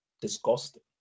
disgusting